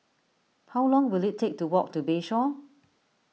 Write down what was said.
how long will it take to walk to Bayshore